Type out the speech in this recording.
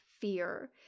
fear